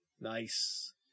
Nice